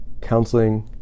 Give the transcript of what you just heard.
counseling